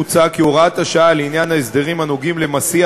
מוצע כי הוראת השעה לעניין ההסדרים הנוגעים למסיע